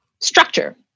structure